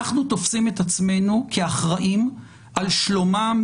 אנחנו תופסים את עצמנו כאחראים על שלומם,